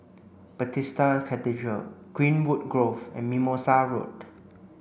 Bethesda Cathedral Greenwood Grove and Mimosa Road